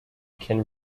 can